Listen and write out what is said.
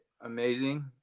amazing